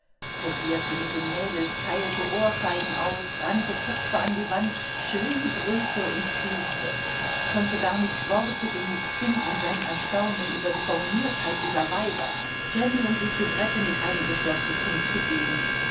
probierte mit den mädels teilte ohrfeigen aus rannte köpfe an die wand schrie brüllte und fluchte konnte gar nicht worte genug finden sein erstaunen über die borniertheit dieser weiber jenny und die soubrette mit eingeschlossen